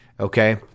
Okay